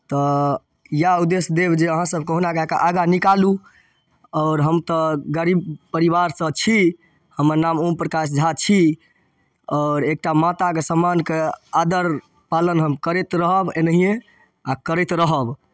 तऽ इएह उद्देश्य देब जे अहाँसभ कहुना कए कऽ आगाँ निकालू आओर हम तऽ गरीब परिवारसँ छी हमर नाम ओम प्रकाश झा छी आओर एकटा माताके सम्मानके आदर पालन हम करैत रहब एनाहिए आ करैत रहब